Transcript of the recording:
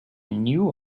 knew